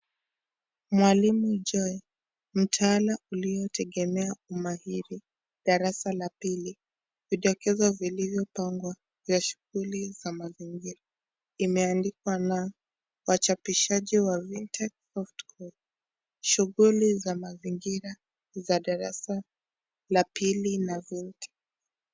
Mwalimu Joy mtaala ulio tegemea Umahiri darasa la pili vidokezo vilivyo pangwa vya shughuli za mazingira imeandikwa na wachapishaji wa Vinted soft core shughuli za mazingira za darasa la pili na viti.